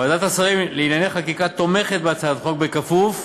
ועדת השרים לענייני חקיקה תומכת בהצעת החוק בכפוף